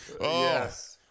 yes